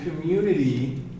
community